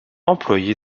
employé